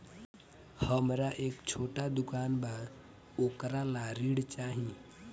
हमरा एक छोटा दुकान बा वोकरा ला ऋण चाही?